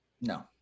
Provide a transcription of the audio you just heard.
No